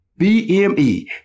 BME